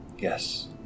Yes